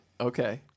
Okay